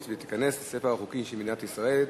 והחוק ייכנס לספר החוקים של מדינת ישראל.